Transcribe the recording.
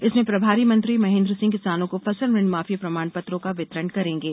इसमें प्रभारी मंत्री महेन्द्र सिंह किसानों को फसल ऋणमाफी प्रमाण पत्रों का वितरण करेंगे